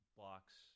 blocks